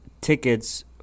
tickets